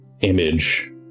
image